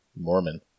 Mormon